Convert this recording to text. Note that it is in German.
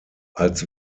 als